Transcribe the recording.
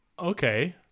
Okay